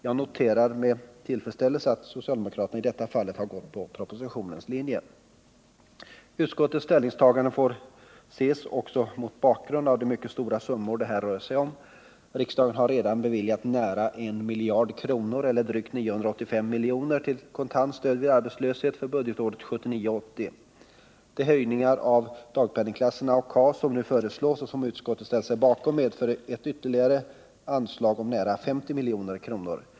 Jag noterar med tillfredsställelse att socialdemokraterna i detta fall har gått på propositionens linje. Utskottets ställningstagande får också ses mot bakgrund av de mycket stora summor det här rör sig om. Riksdagen har redan beviljat nära 1 miljard eller drygt 985 milj.kr. till kontant stöd vid arbetslöshet för budgetåret 1979/80. De höjningar av dagpenningklasserna och KAS som nu föreslås och som utskottet ställt sig bakom medför ett ytterligare anslag med nära 50 milj.kr.